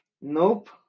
Nope